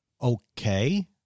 okay